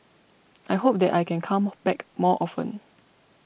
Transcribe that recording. I hope that I can come back more often